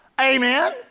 amen